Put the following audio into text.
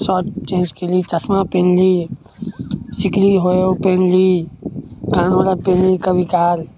shirt jeans पेन्हली चश्मा पेन्हली सिकड़ी होइ हइ पेन्हली तहन ओ आर पेन्हली कभी काल